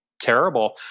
terrible